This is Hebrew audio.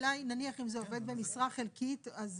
השאלה היא, נניח אם זה עובד במשרה חלקית, אז